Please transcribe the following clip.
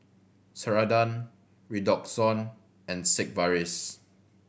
Ceradan Redoxon and Sigvaris